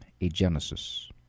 agenesis